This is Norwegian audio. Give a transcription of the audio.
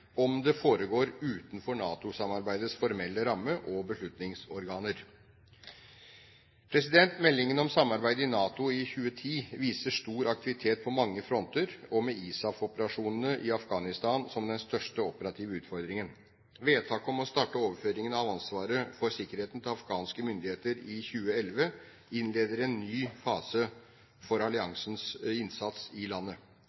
om det foregår utenfor NATO-samarbeidets formelle ramme og beslutningsorganer. Meldingen om samarbeidet i NATO i 2010 viser stor aktivitet på mange fronter og med ISAF-operasjonene i Afghanistan som den største operative utfordringen. Vedtaket om å starte overføringen av ansvaret for sikkerheten til afghanske myndigheter i 2011 innleder en ny fase for alliansens innsats i landet.